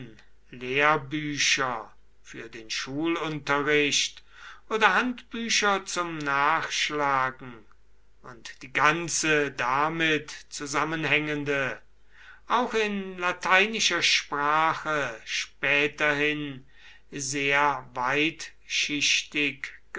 lehrbücher für den schulunterricht oder handbücher zum nachschlagen und die ganze damit zusammenhängende auch in lateinischer sprache späterhin sehr